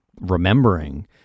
remembering